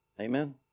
Amen